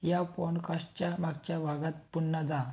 या पॉडकास्टच्या मागच्या भागात पुन्हा जा